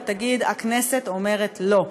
ויגידו: הכנסת אומרת לא,